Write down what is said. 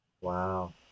Wow